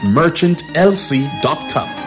merchantlc.com